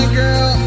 girl